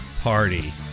party